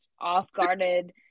off-guarded